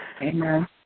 Amen